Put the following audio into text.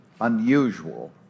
Unusual